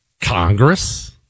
Congress